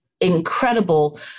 incredible